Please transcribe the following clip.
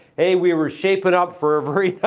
hey, we were shaping up for a very